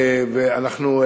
ואנחנו,